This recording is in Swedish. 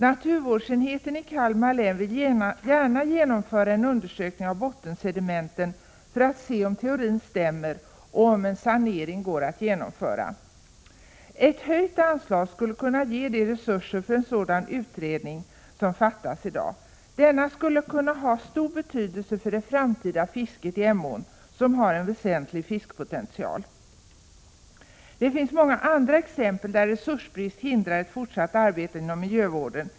Naturvårdsenheten i Kalmar län vill gärna genomföra en undersökning av bottensedimenten för att se om teorin stämmer och om en sanering går att genomföra. Ett höjt anslag skulle kunna ge de resurser som i dag saknas för en sådan utredning. En utredning skulle kunna ha stor betydelse för det framtida fisket i Emån, som har en väsentlig fiskepotential. Det finns många andra exempel där resursbrist hindrar ett fortsatt arbete inom miljövården.